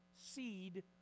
seed